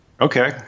Okay